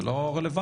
זה לא רלוונטי.